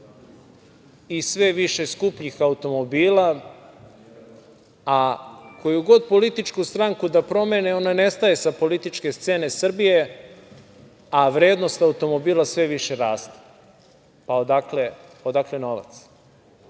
i sve više skupljih automobila, a koju god političku stranku da promene, ona nestaje sa političke scene Srbije, a vrednost automobila sve više raste. Pa, odakle novac?